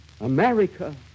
America